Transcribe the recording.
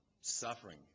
suffering